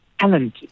talent